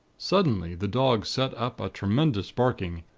suddenly, the dogs set up a tremendous barking,